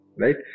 right